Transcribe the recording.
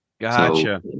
Gotcha